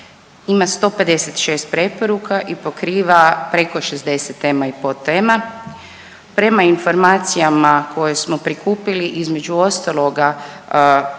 ima 156 preporuka i pokriva preko 60 tema i podtema. Prema informacijama koje smo prikupili, između ostaloga,